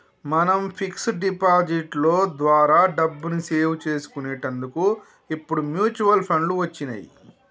మనం fix deposit లో ద్వారా డబ్బుని సేవ్ చేసుకునేటందుకు ఇప్పుడు మ్యూచువల్ ఫండ్లు వచ్చినియ్యి